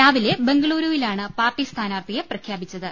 രാവിലെ ബംഗുളൂരുവി ലാണ് പാർട്ടി സ്ഥാനാർത്ഥിയെ പ്രഖ്യാപിച്ചത്